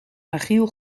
agile